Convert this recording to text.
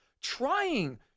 trying